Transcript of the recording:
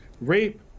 rape